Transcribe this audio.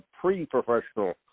pre-professional